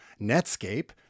Netscape